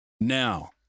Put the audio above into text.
Now